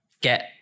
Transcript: get